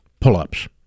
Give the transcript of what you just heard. Pull-ups